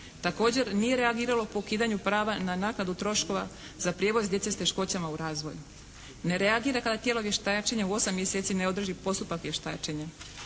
Također nije reagiralo po ukidanju prava na naknadu troškova za prijevoz djece s teškoćama u razvoju. Ne reagira kada tijelo vještačenja u 8 mjeseci ne održi postupak vještačenja.